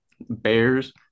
Bears